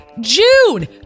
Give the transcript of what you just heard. june